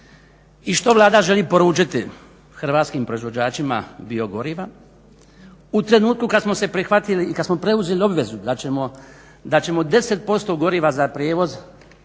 i što Vlada želi poručiti hrvatskim proizvođačima biogoriva u trenutku kad smo se prihvatili i kad smo preuzeli obvezu da ćemo 10% goriva za prijevoz